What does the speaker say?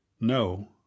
No